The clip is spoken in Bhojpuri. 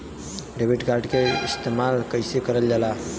डेबिट कार्ड के इस्तेमाल कइसे करल जाला?